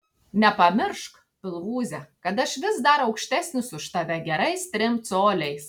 nepamiršk pilvūze kad aš vis dar aukštesnis už tave gerais trim coliais